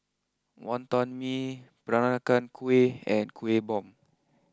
Wonton Mee Peranakan Kueh and Kueh Bom